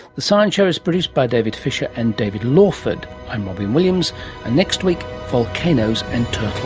the science show is produced by david fisher and david lawford. i'm robyn williams, and next week, volcanoes and turtles.